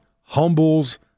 humbles